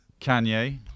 Kanye